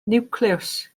niwclews